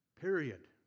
Period